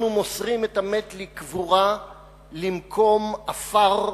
אנחנו מוסרים את המת לקבורה למקום עפר,